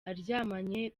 aryamanye